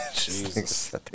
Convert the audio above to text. Jesus